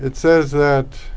it says that